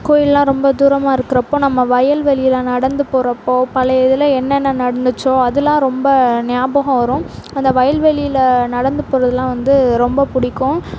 கோவில்லா ரொம்ப தூரமாக இருக்கிறப்போ நம்ம வயல்வெளியில் நடந்து போகிறப்போ பழைய இதில் என்னென்ன நடந்துச்சோ அதலாம் ரொம்ப ஞாபகம் வரும் அந்த வயல்வெளியில் நடந்து போறதெல்லாம் வந்து ரொம்ப பிடிக்கும்